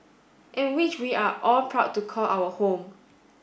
and which we are all proud to call our home